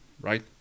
right